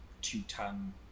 two-ton